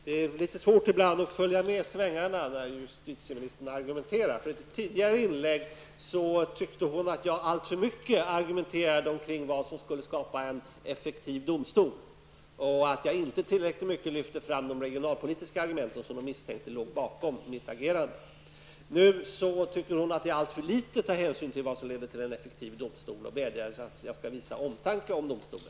Herr talman! Det är ibland litet svårt att följa med i svängarna när justitieministern argumenterar. I ett tidigare inlägg tyckte hon att jag alltför mycket argumenterade kring vad som skulle kunna skapa en effektiv domstol och att jag inte tillräckligt mycket lyfte fram de regionalpolitiska argumenten som hon misstänkte låg bakom mitt agerande. Nu tycker hon att jag alltför litet tar hänsyn till vilka faktorer som är nödvändiga för en effektiv domstol och vädjar i stället till att jag skall visa omtanke om domstolen.